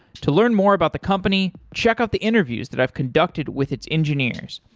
to learn more about the company, check out the interviews that i've conducted with its engineers.